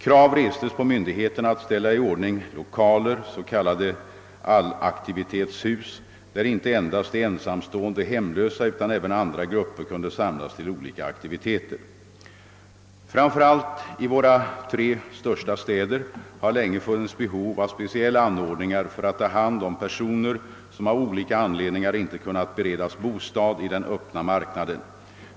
Krav restes på myndigheterna att ställa i ordning lokaler, s.k. allaktivitetshus, där inte endast de ensamstående och hemlösa utan även andra grupper kunde samlas för olika aktiviteter. Framför allt i våra tre största städer har länge funnits behov av speciella anordningar för att ta hand om personer som av olika anledningar inte kunnat beredas bostad i den öppna marknaden.